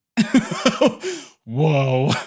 whoa